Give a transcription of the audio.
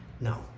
no